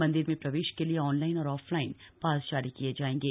मन्दिर में प्रवेश के लिए आनलाइन और ऑफलाइन पास जारी किये जायेंगे